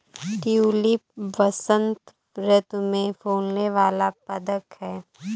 tulip बसंत ऋतु में फूलने वाला पदक है